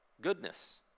Goodness